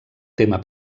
tema